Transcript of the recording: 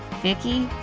vicky?